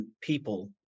people